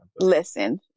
Listen